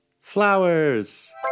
Flowers